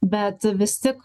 bet vis tik